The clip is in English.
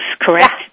correct